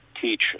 teach